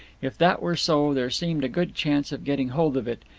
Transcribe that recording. if that were so, there seemed a good chance of getting hold of it,